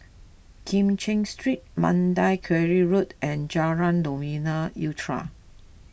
Kim Cheng Street Mandai Quarry Road and Jalan Novena Utara